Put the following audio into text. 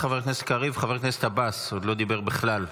חבר הכנסת עבאס עוד לא דיבר בכלל.